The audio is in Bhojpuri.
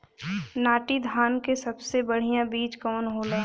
नाटी धान क सबसे बढ़िया बीज कवन होला?